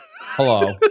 Hello